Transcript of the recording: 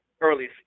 early